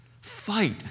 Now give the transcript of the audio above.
Fight